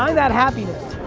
um that happiness.